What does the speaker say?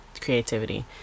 creativity